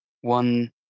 one